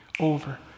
over